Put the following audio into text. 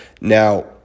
Now